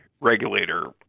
regulator